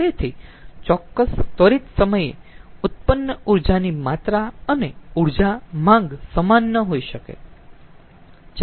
તેથી ચોક્કસ ત્વરિત સમયે ઉત્પન્ન ઊર્જાની માત્રા અને ઊર્જા માંગ સમાન ન હોઈ શકે